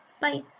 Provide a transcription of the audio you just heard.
bye!